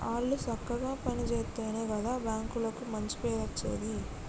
ఆళ్లు సక్కగ పని జేత్తెనే గదా బాంకులకు మంచి పేరచ్చేది